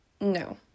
no